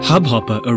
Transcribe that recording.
Hubhopper